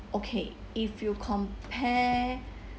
okay if you compare